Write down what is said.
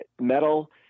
metal